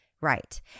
right